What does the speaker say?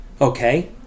okay